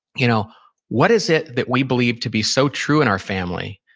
you know what is it that we believe to be so true in our family,